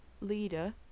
leader